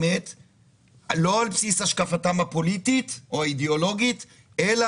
לא על בסיס השקפה פוליטית או אידיאולוגית אלא